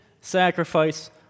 sacrifice